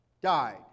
died